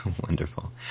Wonderful